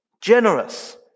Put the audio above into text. generous